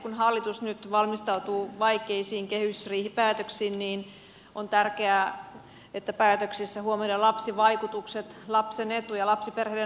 kun hallitus nyt valmistautuu vaikeisiin kehysriihipäätöksiin on tärkeää että päätöksissä huomioidaan lapsivaikutukset lapsen etu ja lapsiperheiden arki